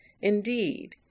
Indeed